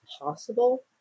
possible